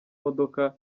modoka